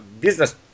business